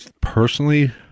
personally